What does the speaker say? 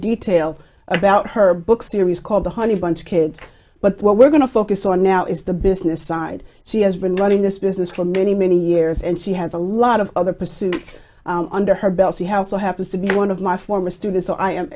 detail about her book series called the honeybunch kids but what we're going to focus on now is the business side she has been running this business for many many years and she has a lot of other pursuits under her belt see how it so happens to be one of my former students so i am